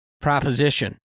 proposition